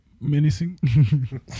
menacing